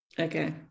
Okay